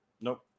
Nope